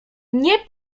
nie